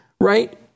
right